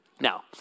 Now